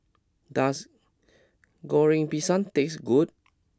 does Goreng Pisang taste good